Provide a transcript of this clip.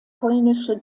polnische